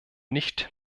nicht